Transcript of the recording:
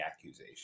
accusation